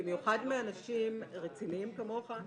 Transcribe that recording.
במיוחד מאנשים רציניים כמוך,